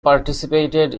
participated